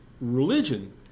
religion